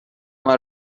همه